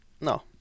No